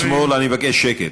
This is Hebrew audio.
בצד שמאל אני מבקש שקט.